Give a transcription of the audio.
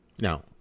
Now